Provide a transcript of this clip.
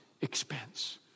expense